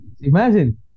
imagine